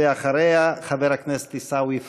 אחריה, חבר הכנסת עיסאווי פריג'.